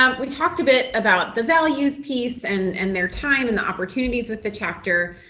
um we talked a bit about the values piece and and their time and the opportunities with the chapter,